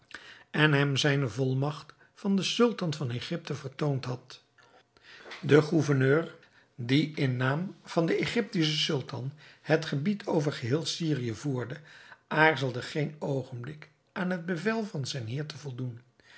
en hem zijne volmagt van den sultan van egypte vertoond had de gouverneur die in naam van den egyptischen sultan het gebied over geheel syrië voerde aarzelde geen ogenblik aan het bevel van zijn heer te voldoen